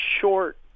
short